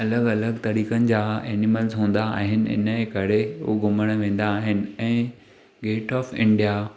अलॻि अलॻि तरीकनि जा ऐनिमल्स हूंदा आहिनि हिनजे करे उहो घुमणु वेंदा आहिनि ऐं गेट ऑफ इंडिया